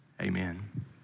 amen